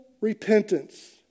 repentance